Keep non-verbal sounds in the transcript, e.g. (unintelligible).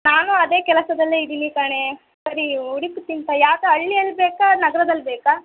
ನಾನೂ ಅದೇ ಕೆಲಸದಲ್ಲೇ ಇದ್ದೀನಿ ಕಣೆ ಸರಿ (unintelligible) ಯಾವುದು ಹಳ್ಳಿಯಲ್ ಬೇಕಾ ನಗರದಲ್ಲಿ ಬೇಕಾ